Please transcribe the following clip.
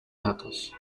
datos